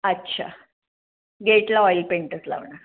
अच्छा गेटला ऑइलपेंटच लावणार